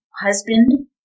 husband